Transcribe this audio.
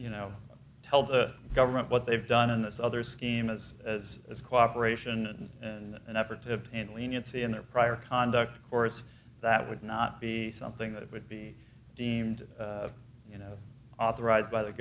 you know tell the government what they've done in this other schemas as it's cooperation and effort and leniency in their prior conduct of course that would not be something that would be deemed you know authorized by the